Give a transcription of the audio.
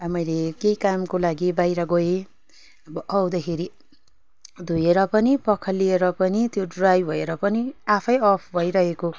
मैले केही कामको लागि बाहिर गएँ अब आउँदाखेरि धोएर पनि पखालिएर पनि त्यो ड्राई भएर पनि आफैँ अफ भइरहेको